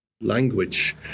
language